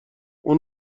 اون